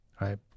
right